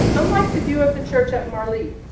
unlike the view of the church at marlene,